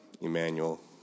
Emmanuel